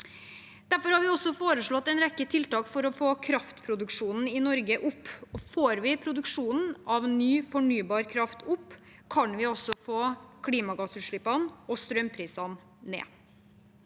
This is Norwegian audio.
Derfor har vi også foreslått en rekke tiltak for å få kraftproduksjonen i Norge opp. Får vi produksjonen av ny fornybar kraft opp, kan vi også få klimagassutslippene og strømprisene ned.